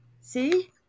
see